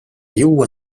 juua